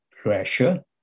pressure